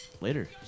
later